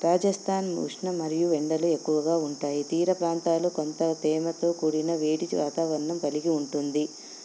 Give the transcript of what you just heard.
రాజస్థాన్ ఉష్ణ మరియు ఎండలు ఎక్కువగా ఉంటాయి తీర ప్రాంతాలు కొంత తేమతో కూడిన వేడి వాతావరణం కలిగి ఉంటుంది